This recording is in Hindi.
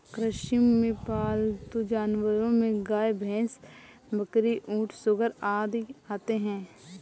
कृषि में पालतू जानवरो में गाय, भैंस, बकरी, ऊँट, सूअर आदि आते है